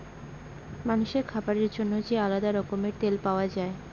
মানুষের খাবার জন্য যে আলাদা রকমের তেল পাওয়া যায়